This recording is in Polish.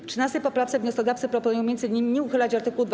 W 13. poprawce wnioskodawcy proponują m.in. nie uchylać art. 27b.